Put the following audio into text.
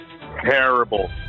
terrible